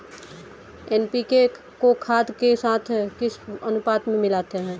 NPK को खाद के साथ किस अनुपात में मिलाते हैं?